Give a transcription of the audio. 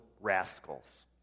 rascals